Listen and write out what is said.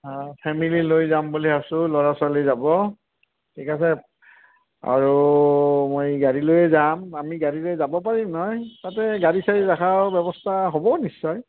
অঁ ফেমিলী লৈ যাম বুলি ভাবিছোঁ ল'ৰা ছোৱালী যাব ঠিক আছে আৰু মই গাড়ী লৈয়ে যাম আমি গাড়ী লৈ যাব পাৰিম নহয় তাতে গাড়ী চাৰি ৰাখা ব্যৱস্থা হ'ব নিশ্চয়